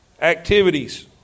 Activities